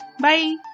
Bye